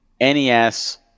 NES